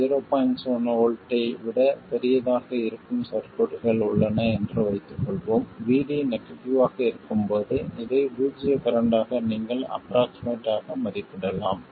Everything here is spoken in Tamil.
7 V ஐ விட பெரியதாக இருக்கும் சர்க்யூட்கள் உள்ளன என்று வைத்துக்கொள்வோம் VD நெகட்டிவ் ஆக இருக்கும்போது இதை பூஜ்ஜிய கரண்ட் ஆக நீங்கள் ஆஃப்ரோக்ஷிமேட் ஆக மதிப்பிடலாம்